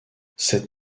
cette